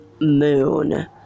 moon